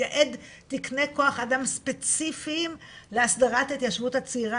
לייעד תיקניי כוח אדם ספציפיים להסדרת ההתיישבות הצעירה